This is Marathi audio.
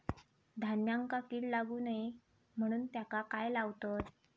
धान्यांका कीड लागू नये म्हणून त्याका काय लावतत?